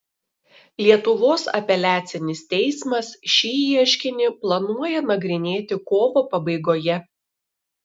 lietuvos apeliacinis teismas šį ieškinį planuoja nagrinėti kovo pabaigoje